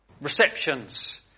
receptions